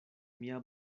mia